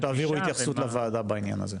אז אני מבקש שתעבירו התייחסות לוועדה בעניין הזה.